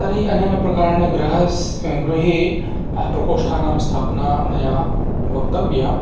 तर्हि अनेन प्रकारेण गृहस् गृहे प्रकोष्ठानां स्थापना मया वक्तव्या